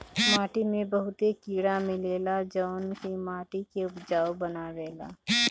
माटी में बहुते कीड़ा मिलेला जवन की माटी के उपजाऊ बनावेला